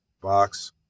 box